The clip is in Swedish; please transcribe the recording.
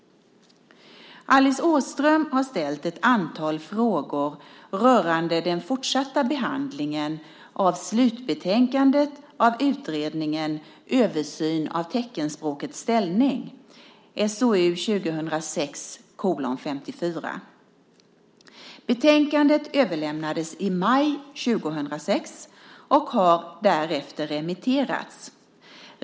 Alice Åström har ställt ett antal frågor rörande den fortsatta behandlingen av slutbetänkandet av utredningen Översyn av teckenspråkets ställning . Betänkandet överlämnades i maj 2006 och har därefter remitterats.